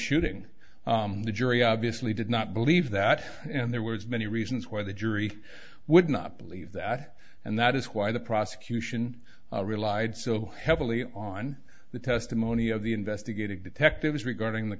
shooting the jury obviously did not believe that in their words many reasons why the jury would not believe that and that is why the prosecution relied so heavily on the testimony of the investigative detectives regarding the